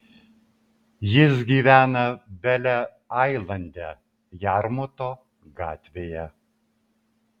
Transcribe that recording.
jis gyvena bele ailande jarmuto gatvėje